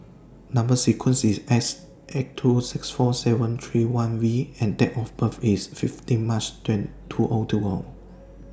Number sequence IS S eight two six four seven three one V and Date of birth IS fifteen March two O two O